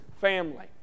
family